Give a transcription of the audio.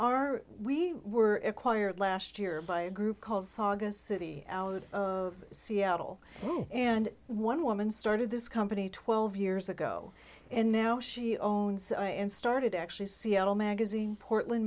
r we were acquired last year by a group called saga city seattle and one woman started this company twelve years ago and now she own so and started actually seattle magazine portland